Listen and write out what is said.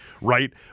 right